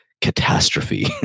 Catastrophe